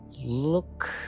look